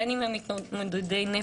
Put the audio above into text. בין אם הם מתמודדי נפש,